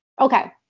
Okay